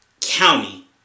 county